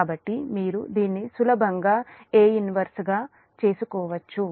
కాబట్టి మీరు దీన్ని సులభంగా A 1 గా చేసుకోవచ్చు